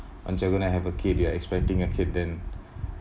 unless you're going to have a kid you're expecting a kid then